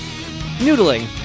Noodling